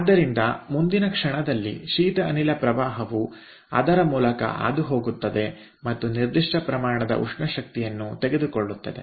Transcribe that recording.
ಆದ್ದರಿಂದ ಮುಂದಿನ ಕ್ಷಣದಲ್ಲಿ ಶೀತ ಅನಿಲ ಪ್ರವಾಹವು ಅದರ ಮೂಲಕ ಹಾದುಹೋಗುತ್ತದೆ ಮತ್ತು ನಿರ್ದಿಷ್ಟ ಪ್ರಮಾಣದ ಉಷ್ಣ ಶಕ್ತಿಯನ್ನು ತೆಗೆದುಕೊಳ್ಳುತ್ತದೆ